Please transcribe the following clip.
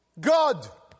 God